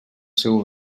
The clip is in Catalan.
seu